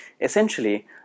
Essentially